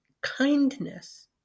kindness